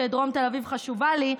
שדרום תל אביב חשובה לי.